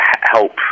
help